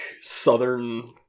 southern